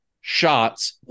shots